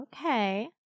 Okay